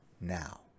now